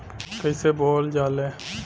कईसे बोवल जाले?